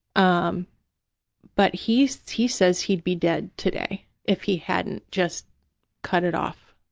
um but he he says he'd be dead today if he hadn't just cut it off.